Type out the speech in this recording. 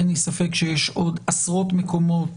אין לי ספק שיש עוד עשרות מקומות